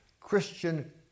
Christian